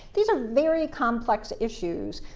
these are very complex issues,